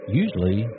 usually